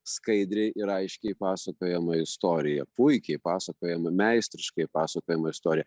skaidriai ir aiškiai pasakojama istorija puikiai pasakojama meistriškai pasakojama istorija